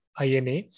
INA